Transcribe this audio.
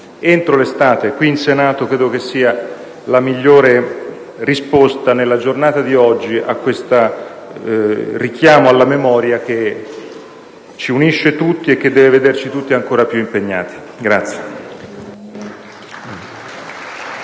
entro l'estate qui in Senato credo che sia la migliore risposta, nella giornata di oggi, a questo richiamo alla memoria, che ci unisce tutti e che deve vederci tutti ancora più impegnati.